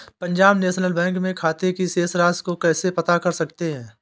Punjab National Bank में खाते की शेष राशि को कैसे पता कर सकते हैं?